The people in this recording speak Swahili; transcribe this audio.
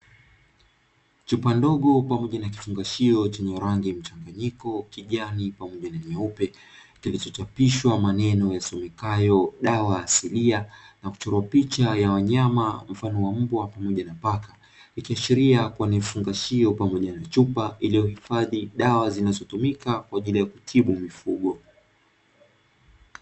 Chupa ndogo pamoja na kifungashio chenye rangi mchanganyiko kijani pamoja na nyeupe, kilichochapishwa maneno yasomekayo "Dawa asilia" na kuchorwa picha ya wanyama mfano wa mbwa pamoja na paka. Ikiashiria kuwa ni vifungashio pamoja na chupa, iliyohifadhi dawa zinazotumika kwa ajili ya kutibu mifugo.